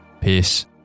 Peace